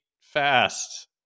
fast